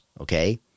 okay